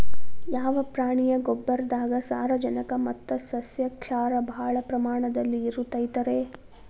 ಯಾವ ಪ್ರಾಣಿಯ ಗೊಬ್ಬರದಾಗ ಸಾರಜನಕ ಮತ್ತ ಸಸ್ಯಕ್ಷಾರ ಭಾಳ ಪ್ರಮಾಣದಲ್ಲಿ ಇರುತೈತರೇ?